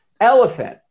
Elephant